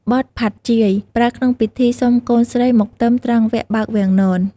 បទផាត់់ជាយ ប្រើក្នុងពិធីសុំកូនស្រីមកផ្ទឹមត្រង់វគ្គបើកវាំងនន។